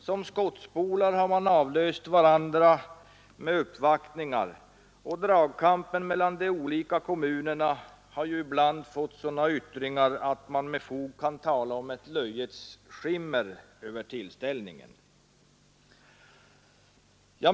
Som skottspolar har kommunalmännen avlöst varandra med uppvaktningar, och dragkampen mellan de olika kommunerna har ibland fått sådana yttringar, att man med fog kan tala om ett löjets skimmer över tillställningen.